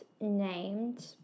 named